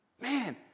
Man